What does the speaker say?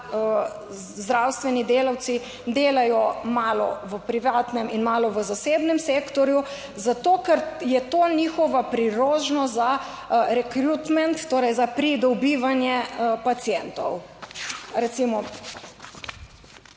zdravstveni delavci delajo malo v privatnem in malo v zasebnem sektorju? Zato, ker je to njihova priložnost za rekrutment, torej za pridobivanje pacientov